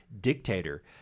dictator